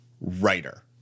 writer